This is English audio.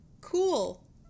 Cool